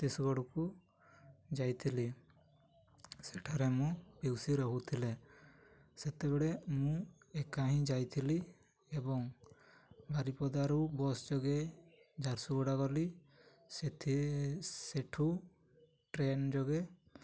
ଛତିଶଗଡ଼କୁ ଯାଇଥିଲି ସେଠାରେ ମୁଁ ପିଇସୀ ରହୁଥିଲେ ସେତେବେଳେ ମୁଁ ଏକା ହିଁ ଯାଇଥିଲି ଏବଂ ବାରିପଦାରୁ ବସ୍ ଯୋଗେ ଝାରସୁଗୁଡ଼ା ଗଲି ସେଥି ସେଠୁ ଟ୍ରେନ୍ ଯୋଗେ